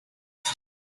him